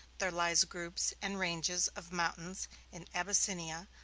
there lie groups and ranges of mountains in abyssinia,